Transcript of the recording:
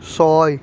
ছয়